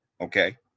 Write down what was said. Okay